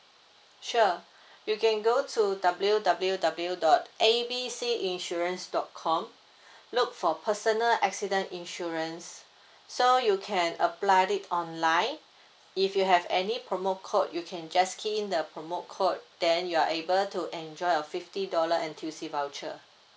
sure you can go to W W W dot A B C insurance dot com look for personal accident insurance so you can apply it online if you have any promo code you can just key in the promo code then you're able to enjoy a fifty dollar N_T_U_C voucher